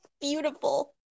beautiful